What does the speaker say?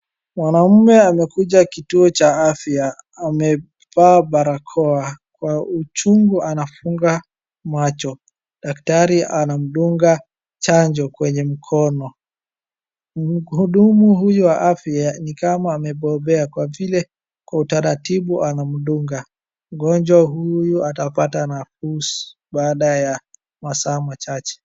Mwanaume amekuja kituo cha afya, amevaa barakoa, kwa uchungu anafunga macho. Daktari anamdunga chanjo kwenye mkono. Mhudumu huyu wa afya nikama amebobea kwa utaratibu anamdunga. Mgonjwa huyu atapata nafuu baada ya masaa machache.